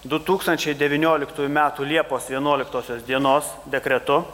du tūkstančiai devynioliktųjų metų liepos vienuoliktosios dienos dekretu